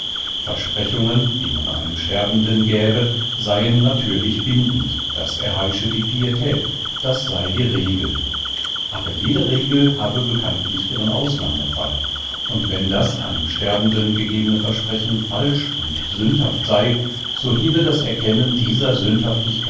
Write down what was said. versprechungen die man einem sterbenden gäbe seien natürlich bindend das erheische die pietät das sei die regel aber jede regel habe bekanntlich ihren ausnahmefall und wenn das einem sterbenden gegebene versprechen falsch und sündhaft sei so hebe das erkennen dieser